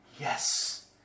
Yes